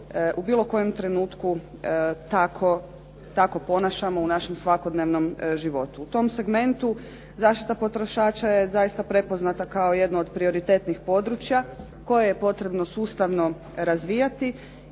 u bilo kojem trenutku tako ponašamo u našem svakodnevnom životu. U tom segmentu zaštita potrošača je zaista prepoznata kao jedno od prioritetnih područja koje je potrebno sustavno razvijati